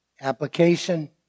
application